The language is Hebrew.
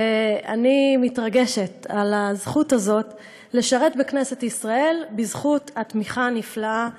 אני מתרגשת על הזכות הזאת לשרת בכנסת ישראל בזכות התמיכה הנפלאה ממנה,